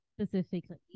specifically